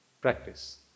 Practice